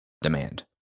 demand